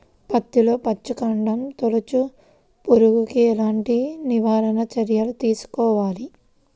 పత్తిలో వచ్చుకాండం తొలుచు పురుగుకి ఎలాంటి నివారణ చర్యలు తీసుకోవాలి?